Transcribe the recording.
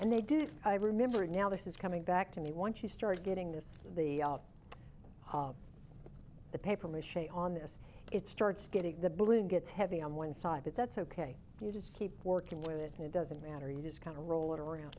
and they did i remember now this is coming back to me once you start getting this the the paper mach on this it starts getting the balloon gets heavy on one side but that's ok you just keep working with it and it doesn't matter you just kind of roll it around